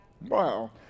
Wow